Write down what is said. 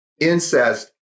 incest